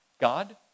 God